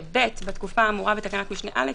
"(ב) בתקופה האמורה בתקנת משנה (א),